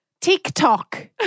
TikTok